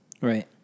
Right